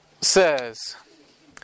says